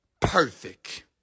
perfect